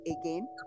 again